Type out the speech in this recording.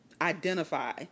identify